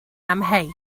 amheus